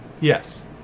Yes